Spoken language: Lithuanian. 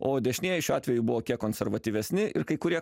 o dešinieji šiuo atveju buvo kiek konservatyvesni ir kai kurie